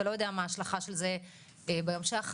אתה לא מדבר על ההשלכה ביום שאחרי,